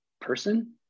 person